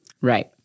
Right